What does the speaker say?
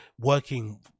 working